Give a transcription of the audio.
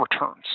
returns